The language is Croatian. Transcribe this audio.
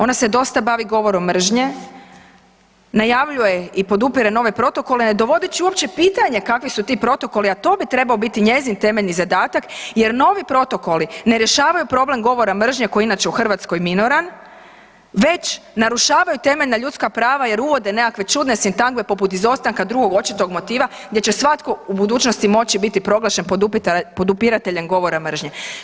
Ona se dosta bavi govorom mržnje, najavljuje i podupire nove protokole ne dovodeći uopće u pitanje kakvi su ti protokoli, a to bi trebao biti njezin temeljni zadatak jer novi protokoli ne rješavaju problem govora mržnje koji je inače u Hrvatskoj minoran već narušavaju temeljna ljudska prava jer uvode nekakve čudne sintagme poput izostanka drugog očitog motiva gdje će svatko u budućnosti moći biti proglašen podupirateljem govora mržnje.